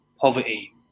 poverty